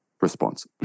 response